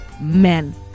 men